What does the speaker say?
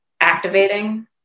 activating